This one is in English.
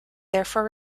therefore